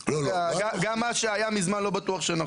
כי גם מה שהיה מזמן, לא בטוח שנכון.